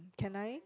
can I